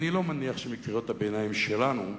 אני לא מניח שמקריאות הביניים שלנו,